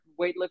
weightlifting